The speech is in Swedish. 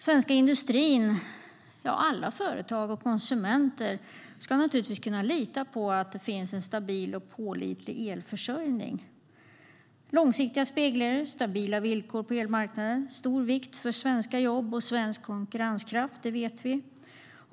Svensk industri, alla företag och konsumenter ska kunna lita på att det finns en stabil och pålitlig elförsörjning. Långsiktiga spelregler och stabila villkor på elmarknaden är av stor vikt för svenska jobb och svensk konkurrenskraft - det vet vi.